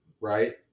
right